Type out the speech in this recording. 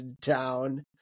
town